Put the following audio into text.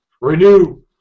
Renew